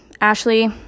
ashley